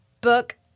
book –